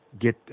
get